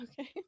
Okay